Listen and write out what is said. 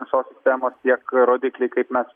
visos sistemos tiek rodikliai kaip mes